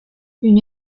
une